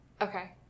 okay